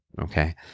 Okay